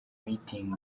mitingi